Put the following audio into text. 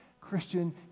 Christian